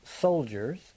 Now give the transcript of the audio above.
soldiers